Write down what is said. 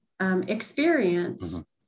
experience